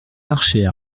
marchait